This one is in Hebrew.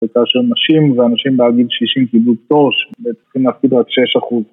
בעיקר שאנשים ואנשים מעל גיל 60 קיבלו פטור הם צריכים להפקיד לו עד 6%